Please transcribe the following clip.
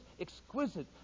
exquisite